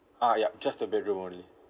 ah yup just the bedroom only